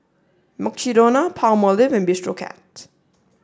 Mukshidonna Palmolive and Bistro Cat